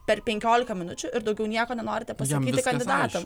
per penkiolika minučių ir daugiau nieko nenorite pasakyti kandidatam